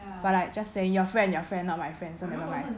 but like say your friend not my friend so that one like